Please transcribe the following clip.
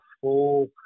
full